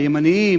הימנים,